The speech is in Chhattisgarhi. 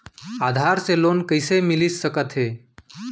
आधार से लोन कइसे मिलिस सकथे?